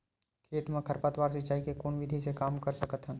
खेत म खरपतवार सिंचाई के कोन विधि से कम कर सकथन?